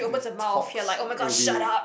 the talks it will be